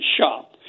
shop